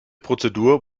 prozedur